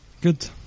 Good